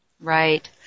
Right